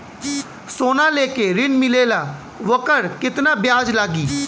सोना लेके ऋण मिलेला वोकर केतना ब्याज लागी?